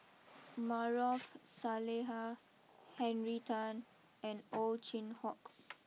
Maarof Salleh Henry Tan and Ow Chin Hock